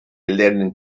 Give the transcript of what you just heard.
lernen